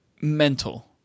mental